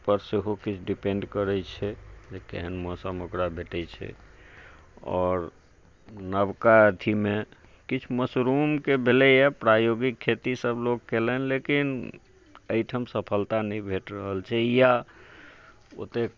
पर सेहो किछु डिपेन्ड करै छै जे केहन मौसम ओकरा भेटै छै आओर नबका अथिमे किछु मशरूमके भेलै है प्रायोगिक खेती सभ लोक कयलनि लेकिन एहिठाम सफलता नहि भेटि रहल छै या ओतेक